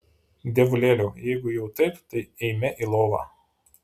dievulėliau jeigu jau taip tai eime į lovą